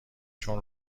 چون